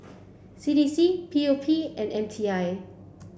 C D C P O P and M T I